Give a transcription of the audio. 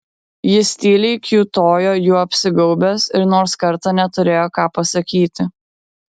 jis tyliai kiūtojo juo apsigaubęs ir nors kartą neturėjo ką pasakyti